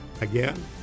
again